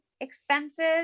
expenses